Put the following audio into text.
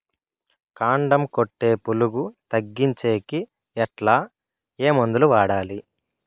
కాండం కొట్టే పులుగు తగ్గించేకి ఎట్లా? ఏ మందులు వాడాలి?